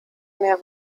mehr